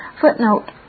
Footnote